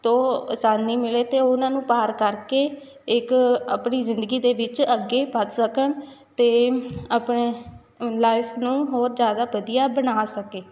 ਤੋਂ ਅਸਾਨੀ ਮਿਲੇ ਅਤੇ ਉਹਨਾਂ ਨੂੰ ਪਾਰ ਕਰਕੇ ਇੱਕ ਆਪਣੀ ਜ਼ਿੰਦਗੀ ਦੇ ਵਿੱਚ ਅੱਗੇ ਵੱਧ ਸਕਣ ਅਤੇ ਆਪਣੇ ਲਾਈਫ ਨੂੰ ਹੋਰ ਜ਼ਿਆਦਾ ਵਧੀਆ ਬਣਾ ਸਕੇ